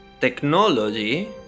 technology